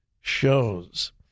shows